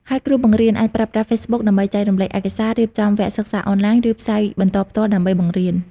ហើយគ្រូបង្រៀនអាចប្រើប្រាស់ ហ្វេសបុក ដើម្បីចែករំលែកឯកសារ រៀបចំវគ្គសិក្សាអនឡាញ ឬផ្សាយបន្តផ្ទាល់ដើម្បីបង្រៀន។